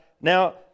now